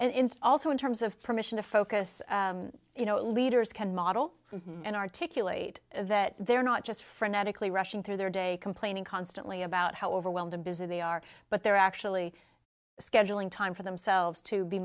and also in terms of permission to focus you know leaders can model and articulate that they're not just frenetically rushing through their day complaining constantly about how overwhelmed and busy they are but they're actually scheduling time for themselves to be